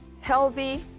healthy